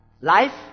life